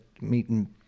meeting